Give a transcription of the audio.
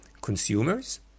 consumers